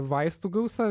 vaistų gausa